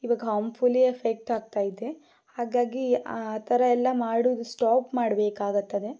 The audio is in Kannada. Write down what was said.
ಈವಾಗ ಹಾರ್ಮ್ಫುಲ್ಲಿ ಎಫೆಕ್ಟ್ ಆಗ್ತಾ ಇದೆ ಹಾಗಾಗಿ ಆ ಥರ ಎಲ್ಲ ಮಾಡುವುದು ಸ್ಟಾಪ್ ಮಾಡ್ಬೇಕಾಗುತ್ತದೆ